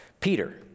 Peter